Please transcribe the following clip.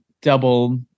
double